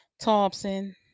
Thompson